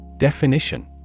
Definition